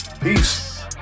peace